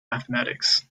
mathematics